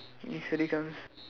நீ சிரிக்காதே:nii sirikkaathee